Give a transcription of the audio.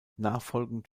nachfolgend